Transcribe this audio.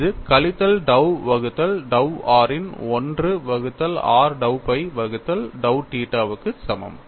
இது கழித்தல் dow வகுத்தல் dow r இன் 1 வகுத்தல் r dow phi வகுத்தல் dow தீட்டா வுக்கு சமம்